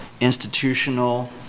institutional